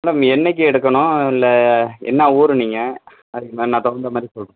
madam என்னிக்கு எடுக்கணும் இல்லை என்ன ஊர் நீங்கள் அதுக்கு நான் தகுந்தாமாதிரி சொல்றேன்